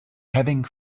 having